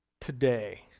today